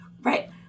Right